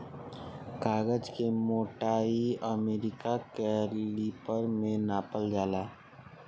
कागज के मोटाई अमेरिका कैलिपर में नापल जाला